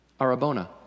arabona